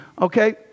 Okay